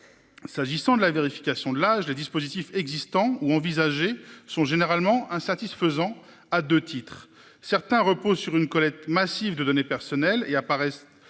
S'agissant de la vérification de l'âge les dispositifs existants ou envisagés sont généralement hein satisfaisant à 2 titres certains repose sur une collecte massive de données personnelles et apparaissent